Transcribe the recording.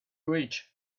rich